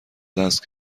دست